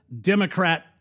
Democrat